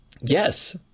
Yes